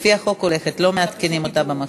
לפי החוק הולכת, לא מעדכנים אותה במחשב.